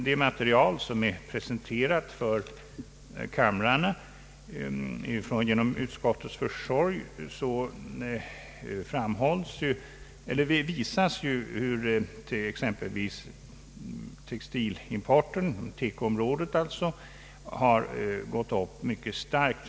Det material som presenterats för kamrarna genom utskottets försorg visar hur exempelvis textilimporten — inom teko-området alltså — har gått upp mycket starkt.